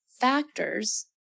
factors